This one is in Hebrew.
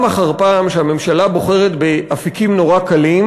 אחר פעם שהממשלה בוחרת באפיקים נורא קלים,